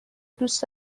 دوست